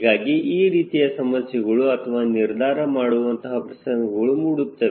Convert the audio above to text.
ಹೀಗಾಗಿ ಈ ರೀತಿಯ ಸಮಸ್ಯೆಗಳು ಅಥವಾ ನಿರ್ಧಾರ ಮಾಡುವಂತಹ ಪ್ರಸಂಗಗಳು ಮೂಡುತ್ತವೆ